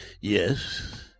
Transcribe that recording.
Yes